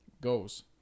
Goes